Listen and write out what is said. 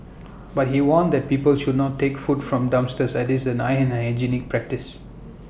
but he warns that people should not take food from dumpsters as IT is an unhygienic practice